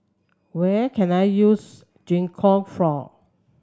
where can I use Gingko for